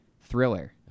thriller